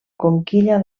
conquilla